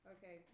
Okay